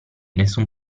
nessun